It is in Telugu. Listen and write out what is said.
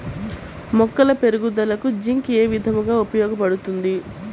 మొక్కల పెరుగుదలకు జింక్ ఏ విధముగా ఉపయోగపడుతుంది?